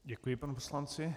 Děkuji panu poslanci.